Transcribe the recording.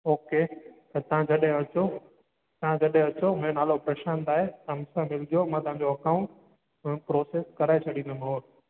okay त तव्हां जॾहिं अचो तव्हां जॾहिं अचो मुंहिंजो नालो प्रशांत आहे तव्हां मूंसां मिलजो मां तव्हांखे अकाउंट प्रोसेस कराइ छॾींदोमांव